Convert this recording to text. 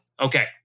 Okay